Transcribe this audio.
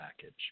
package